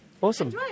Awesome